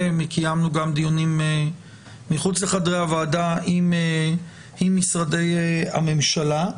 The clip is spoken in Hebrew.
וקיימנו גם דיונים מחוץ לחדרי הוועדה עם משרדי הממשלה.